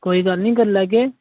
कोई गल्ल नी करी लैगे